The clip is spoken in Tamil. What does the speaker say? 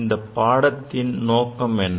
இந்த பாடத்தின் நோக்கம் என்ன